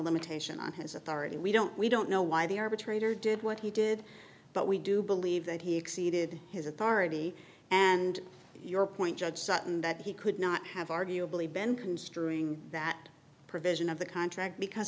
limitation on his authority we don't we don't know why the arbitrator did what he did but we do believe that he exceeded his authority and your point judge sutton that he could not have arguably been construing that provision of the contract because